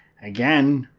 again,